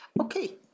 Okay